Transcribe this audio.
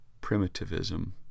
primitivism